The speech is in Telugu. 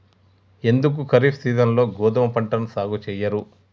ఎందుకు ఖరీఫ్ సీజన్లో గోధుమ పంటను సాగు చెయ్యరు?